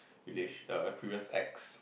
relation err previous ex